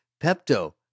Pepto